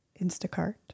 instacart